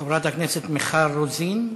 חברת הכנסת מיכל רוזין,